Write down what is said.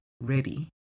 ready